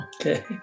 Okay